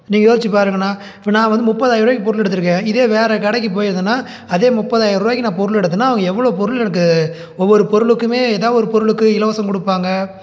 நீங்க யோசித்து பாருங்கண்ணா இப்போ நான் வந்து முப்பதாயிருவாக்கு பொருள் எடுத்திருக்கேன் இதே வேறே கடைக்கு போயிருந்தனா அதே முப்பதாயிருவாக்கி நான் பொருள் எடுத்தனா அவங்க எவ்வளோ பொருள் எனக்கு ஒவ்வொரு பொருளுக்கும் எதாது ஒரு பொருளுக்கு இலவசம் கொடுப்பாங்க